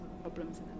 problems